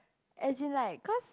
as in like cause